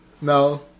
No